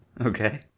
Okay